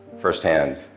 firsthand